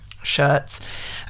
shirts